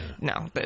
no